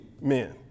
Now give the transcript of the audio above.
men